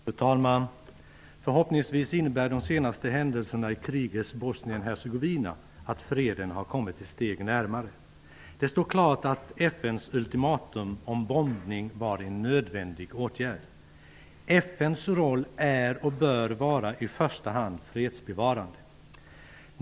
Fru talman! Förhoppningsvis innebär de senaste händelserna i krigets Bosnien-Hercegovina att freden har kommit ett steg närmare. Det står klart att FN:s ultimatum beträffande bombning var en nödvändig åtgärd. FN:s roll är och bör vara i första hand fredsbevarande.